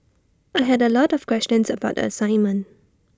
I had A lot of questions about assignment